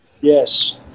Yes